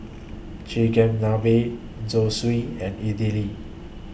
Chigenabe Zosui and Idili